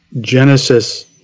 Genesis